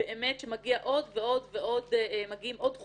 שמגיעים עוד ועוד ועוד חוקים,